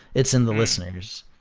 it's in the listeners.